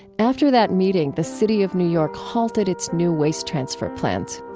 after that meeting, the city of new york halted its new waste transfer plants.